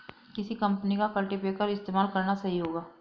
किस कंपनी का कल्टीपैकर इस्तेमाल करना सही होगा?